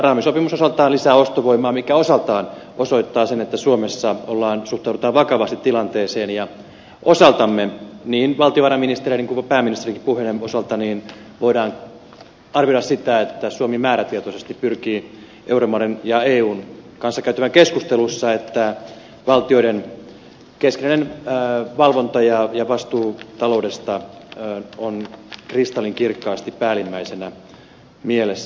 raamisopimus osaltaan lisää ostovoimaa mikä osaltaan osoittaa että suomessa suhtaudutaan vakavasti tilanteeseen ja osaltamme niin valtiovarainministerin kuin pääministerinkin puheiden osalta voimme arvioida niin että suomi määrätietoisesti pyrkii euromaiden ja eun kanssa käytävissä keskusteluissa siihen että valtioiden keskinäinen valvonta ja vastuu taloudesta ovat kristallinkirkkaasti päällimmäisenä mielessä